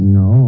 no